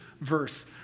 verse